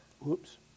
whoops